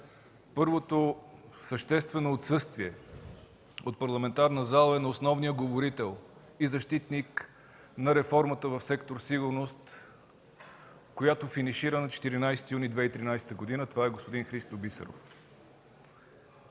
Първото съществено отсъствие от парламентарната зала е на основния говорител и защитник на реформата в сектор „Сигурност”, която финишира на 14 юни 2013 г. Това е господин Христо Бисеров.